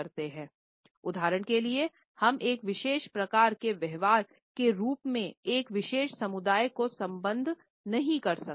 उदाहरण के लिए हम एक विशेष प्रकार के व्यवहार के रूप में एक विशेष समुदाय को संबद्ध नहीं कर सकते हैं